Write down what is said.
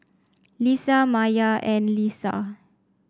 Lisa Maya and Lisa